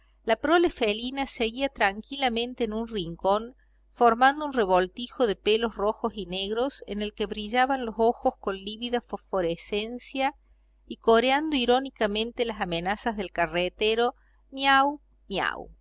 la prole felina seguía tranquilamente en un rincón formando un revoltijo de pelos rojos y negros en el que brillaban los ojos con lívida fosforescencia y coreando irónicamente las amenazas del carretero miau miau